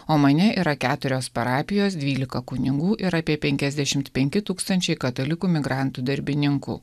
omane yra keturios parapijos dvylika kunigų ir apie penkiasdešimt penki tūkstančiai katalikų migrantų darbininkų